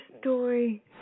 story